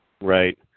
Right